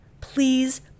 please